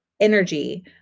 energy